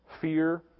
fear